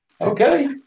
Okay